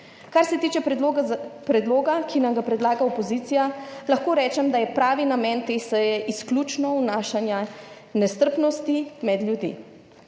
Kar se tiče predloga, ki nam ga predlaga opozicija, lahko rečem, da je pravi namen te seje izključno vnašanje nestrpnosti med ljudi.